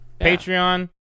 Patreon